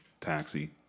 taxi